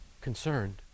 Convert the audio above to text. concerned